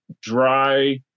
dry